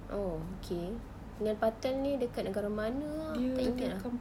oh okay neil patel ini dekat negara mana ah tak ingat ah